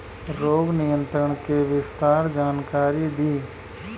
रोग नियंत्रण के विस्तार जानकारी दी?